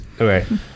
Okay